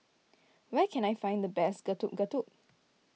where can I find the best Getuk Getuk